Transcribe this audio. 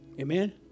Amen